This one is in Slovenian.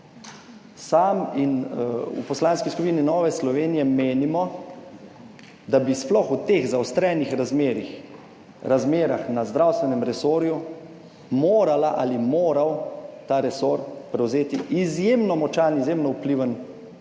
Sam in v Poslanski skupini Nove Slovenije menimo, da bi sploh v teh zaostrenih razmerah, razmerah na zdravstvenem resorju morala ali moral ta resor prevzeti izjemno močan, izjemno vpliven